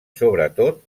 sobretot